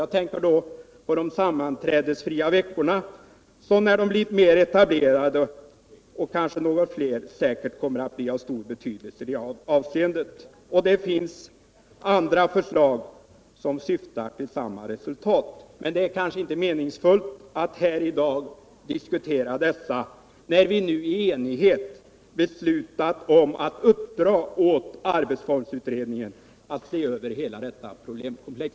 Jag tänker på de sammanträdesfria veckorna, som när de blivit mer etablerade och kanske något fler kommer att bli av stor betydelse i det avseendet. Det har även väckts andra förslag i samma syfte. Men det kanske inte är meningsfullt att i dag diskutera detta, när vi nu är eniga om att uppdra åt arbetsformsutredningen att se över hela detta problemkomplex.